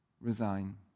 resign